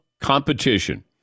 competition